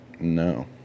No